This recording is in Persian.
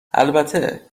البته